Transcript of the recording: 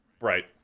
Right